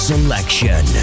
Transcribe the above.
Selection